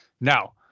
now